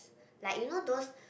like you know those